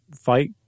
fight